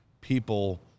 people